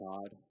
God